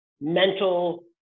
mental